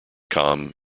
com